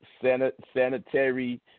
sanitary